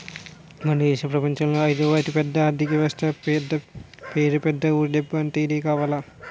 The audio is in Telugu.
మన దేశం ప్రపంచంలోనే అయిదవ అతిపెద్ద ఆర్థిక వ్యవస్థట పేరు పెద్ద ఊరు దిబ్బ అంటే ఇదే కావాల